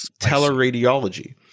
teleradiology